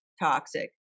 toxic